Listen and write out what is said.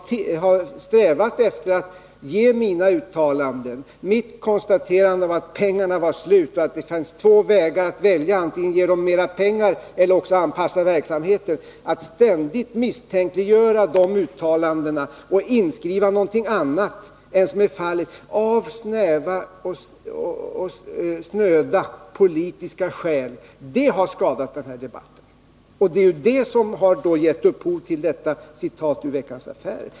Man har strävat efter att misstänkliggöra mina uttalanden, mitt konstaterande av att pengarna var slut och att det fanns två vägar att välja mellan — antingen att ge företaget mer pengar eller också anpassa verksamheten efter ramarna. Detta att ständigt misstänkliggöra de uttalandena och inskriva något annat än vad som finns där, av snäva och snöda politiska skäl, har skadat den här debatten. Det är detta som har gett upphov till detta citat ur Veckans Affärer.